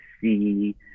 see